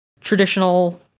traditional